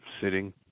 sitting